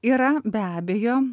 yra be abejo